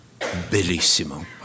bellissimo